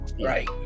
Right